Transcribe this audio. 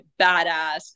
badass